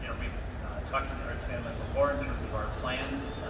you know we've talked to the arts family before in terms of our plans,